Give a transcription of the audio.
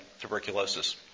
tuberculosis